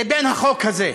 לבין החוק הזה,